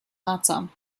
ratsam